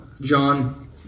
John